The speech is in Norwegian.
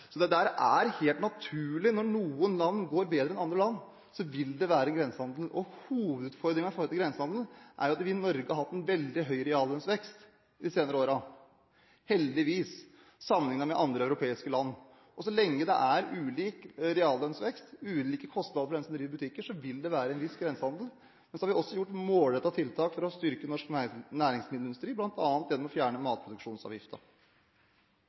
er helt naturlig. Når noen land går bedre enn andre land, vil det være grensehandel. Hovedutfordringen når det gjelder grensehandel, er jo at vi i Norge har hatt en veldig høy reallønnsvekst de senere årene – heldigvis – sammenlignet med andre europeiske land. Så lenge det er ulik reallønnsvekst og ulike kostnader for dem som driver butikker, vil det være en viss grensehandel. Men så har vi også gjort målrettede tiltak for å styrke norsk næringsmiddelindustri, bl.a. gjennom å fjerne